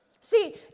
See